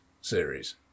series